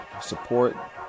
support